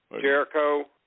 Jericho